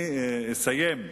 אני אסיים.